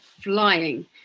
flying